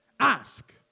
Ask